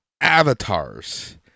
avatars